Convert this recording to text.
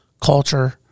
Culture